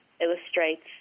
illustrates